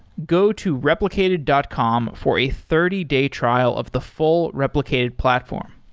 go to replicated dot com for a thirty day trial of the full replicated platform.